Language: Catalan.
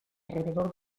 rebedor